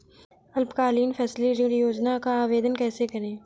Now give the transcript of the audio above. अल्पकालीन फसली ऋण योजना का आवेदन कैसे करें?